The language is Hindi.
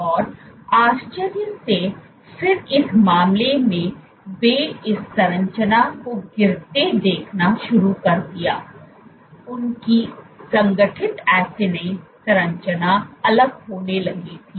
और आश्चर्य से फिर इस मामले में वे इस संरचना को गिरते देखना शुरू कर दिया उनकी संगठित एसिनी संरचना अलग होने लगी थी